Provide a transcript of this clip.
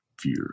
fear